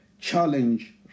challenge